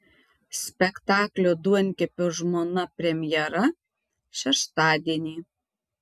spektaklio duonkepio žmona premjera šeštadienį